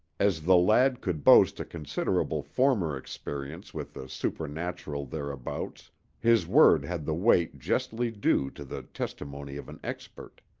as the lad could boast a considerable former experience with the supernatural thereabouts his word had the weight justly due to the testimony of an expert.